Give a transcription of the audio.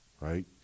right